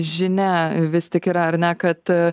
žinia vis tik yra ar ne kad